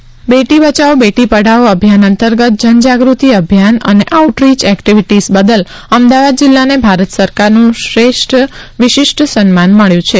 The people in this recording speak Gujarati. અભિયાન બેટી બચાવો બેટી પઢાવો અભિયાન અંતર્ગત જનજાગ્રતિ અભિયાન અને આઉટ રીચ એક્ટીવીટીઝ બદલ અમદાવાદ જિલ્લાને ભારત સરકારનું વિશિષ્ટ સન્માન મળ્યું છે